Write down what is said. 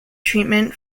treatment